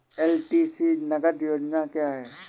LTC नगद योजना क्या है?